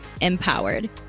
empowered